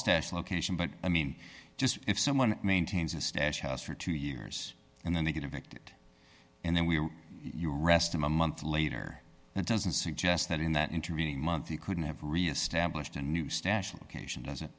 stash location but i mean just if someone maintains a stash house for two years and then they get evicted and then we you arrest him a month later and doesn't suggest that in that intervening month he couldn't have reestablished a new stash location does